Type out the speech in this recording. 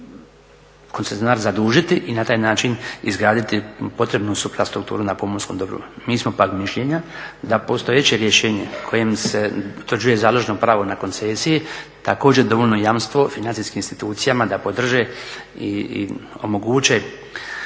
koncesionar zadužiti i na taj način izgraditi potrebnu … na pomorskom dobru. Mi smo pak mišljenja da postojeće rješenje kojim se utvrđuje založno pravo na koncesije također dovoljno jamstvo financijskim institucijama da podrže i omoguće